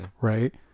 right